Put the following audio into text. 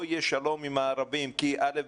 לא יהיה שלום עם הערבים כי א',